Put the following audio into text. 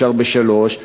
אפשר בשלוש,